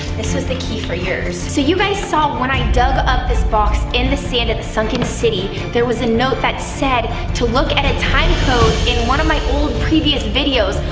this was the key for yours. so you guys saw when i dug up this box, in the sand of the sunken city, there was a note that said to look at a time code in one of my old, previous videos,